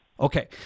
Okay